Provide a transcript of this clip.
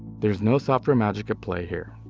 there's no software magic at play here.